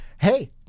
hey